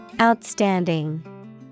Outstanding